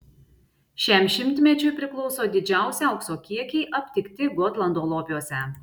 šiam šimtmečiui priklauso didžiausi aukso kiekiai aptikti gotlando lobiuose